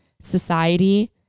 society